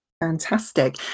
Fantastic